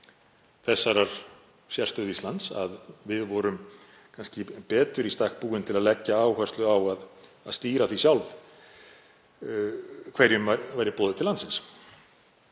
þeirrar sérstöðu að við vorum kannski betur í stakk búin til að leggja áherslu á að stýra því sjálf hverjum væri boðið til landsins.